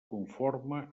conforme